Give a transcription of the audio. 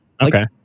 Okay